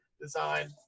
design